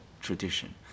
tradition